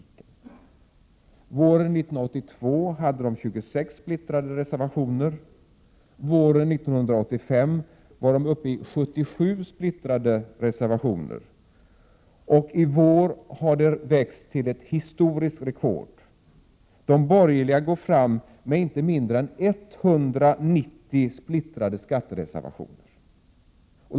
Våren 1982 hade de 26 splittrade reservationer. Våren 1985 var de uppe i 77 splittrade reservationer. I vår har antalet växt till ett historiskt rekord: de borgerliga går fram med inte mindre än 190 splittrade skattereservationer.